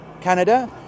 Canada